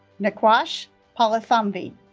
naqash palathamveed